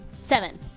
Seven